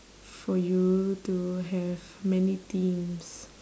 for you to have many teams